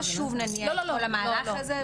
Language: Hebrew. לא שוב נניע את כל המהלך הזה.